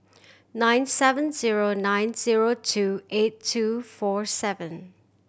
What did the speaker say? nine seven zero nine zero two eight two four seven